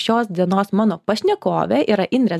šios dienos mano pašnekovė yra indrė